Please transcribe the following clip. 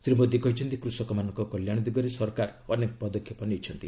ଶ୍ରୀ ମୋଦୀ କହିଚ୍ଚନ୍ତି କୃଷକମାନଙ୍କ କଲ୍ୟାଣ ଦିଗରେ ସରକାର ଅନେକ ପଦକ୍ଷେପ ନେଇଛନ୍ତି